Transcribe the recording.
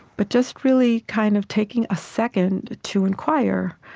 but just really kind of taking a second to inquire,